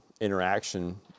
interaction